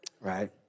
Right